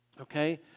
okay